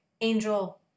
Angel